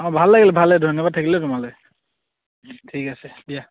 অঁ ভাল লাগিলে ভালে ধন্যবাদ থাকিলে দেই তোমালৈ ঠিক আছে দিয়া